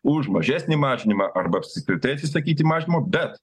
už mažesnį mažinimą arba apskritai atsisakyti mažinimo bet